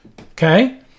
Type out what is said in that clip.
Okay